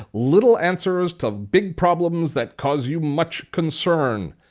little answers to big problems that cause you much concern.